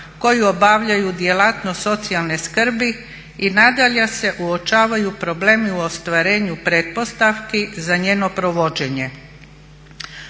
koji obavljaju djelatnost socijalne skrbi i nadalje se uočavaju problemi u ostvarenju pretpostavki za njeno provođenje,